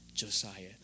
Josiah